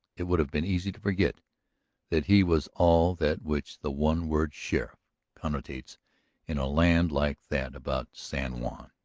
it would have been easy to forget that he was all that which the one word sheriff connotes in a land like that about san juan.